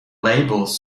labels